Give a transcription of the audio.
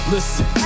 Listen